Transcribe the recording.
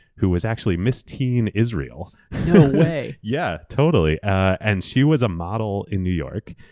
who is actually miss teen israel. no way! yeah, totally. and she was a model in new york.